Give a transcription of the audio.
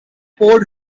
port